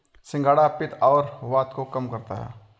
सिंघाड़ा पित्त और वात को कम करता है